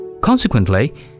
Consequently